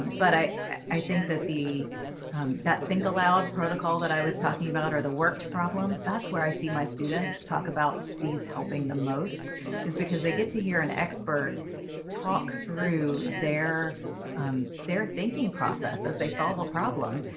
but i i think that the think aloud protocol that i was talking about or the worked problems, that's where i see my students talk about these helping the most is because they get to hear an expert talk through their their thinking process as they solve a problem.